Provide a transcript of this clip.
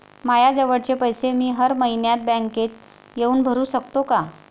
मायाजवळचे पैसे मी हर मइन्यात बँकेत येऊन भरू सकतो का?